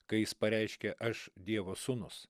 kai jis pareiškė aš dievo sūnus